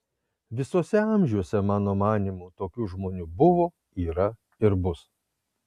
visuose amžiuose mano manymu tokių žmonių buvo yra ir bus